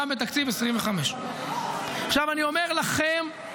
גם בתקציב 2025. אני אומר לכם,